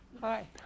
Hi